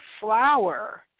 flower